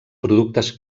productes